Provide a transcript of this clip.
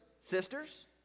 sisters